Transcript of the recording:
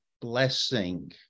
blessing